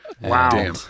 Wow